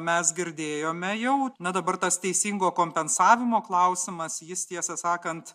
mes girdėjome jau na dabar tas teisingo kompensavimo klausimas jis tiesą sakant